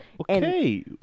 Okay